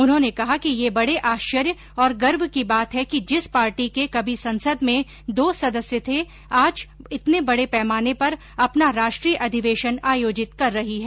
उन्होंने कहा कि यह बड़े आश्चर्य और गर्व की बात है कि जिस पार्टी के कभी संसद में दो सदस्य थे वह आज इतने बड़े पैमाने पर अपना राष्ट्रीय अधिवेशन आयोजित कर रही है